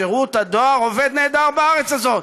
שירות הדואר עובד נהדר בארץ הזאת.